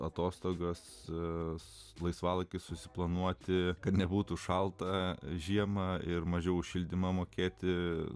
atostogas laisvalaikius susiplanuoti kad nebūtų šalta žiema ir mažiau už šildymą mokėti